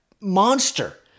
monster